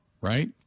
right